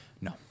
No